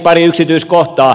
pari yksityiskohtaa